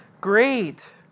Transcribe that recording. great